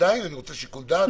עדיין אני רוצה שיקול דעת.